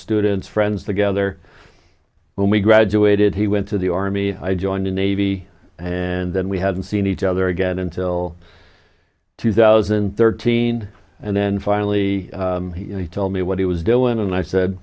students friends together when we graduated he went to the army i joined the navy and then we hadn't seen each other again until two thousand and thirteen and then finally he told me what he was doing and i said